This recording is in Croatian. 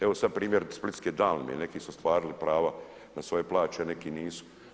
Evo sada primjer Splitske … neki su ostvarili prava na svoje plaće a neki nisu.